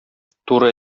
туры